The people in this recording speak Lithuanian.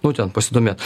nu ten pasidomėt